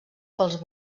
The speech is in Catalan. pels